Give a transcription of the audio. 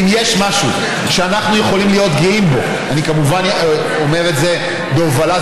ואם יש משהו שאנחנו יכולים להיות גאים בו אני כמובן אומר שזה בהובלה,